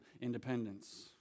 independence